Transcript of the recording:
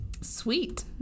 Sweet